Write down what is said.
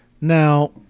Now